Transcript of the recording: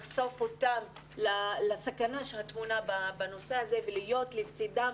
לחשוף אותם לסכנה שטמונה בנושא הזה ולהיות לצידם